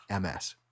MS